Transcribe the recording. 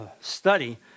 study